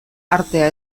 artea